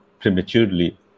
prematurely